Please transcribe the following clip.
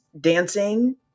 dancing